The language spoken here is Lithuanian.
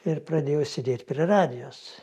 ir pradėjau sėdėt prie radijos